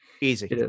Easy